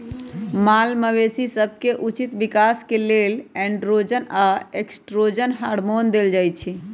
माल मवेशी सभके उचित विकास के लेल एंड्रोजन आऽ एस्ट्रोजन हार्मोन देल जाइ छइ